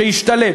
שהשתלט,